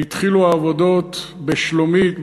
והתחילו העבודות בשלומית,